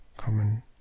Common